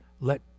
let